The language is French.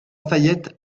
fayette